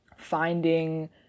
Finding